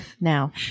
now